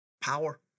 Power